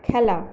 খেলা